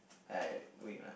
I wait